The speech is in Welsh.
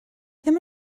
ddim